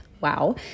wow